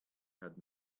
had